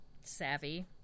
Savvy